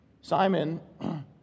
Simon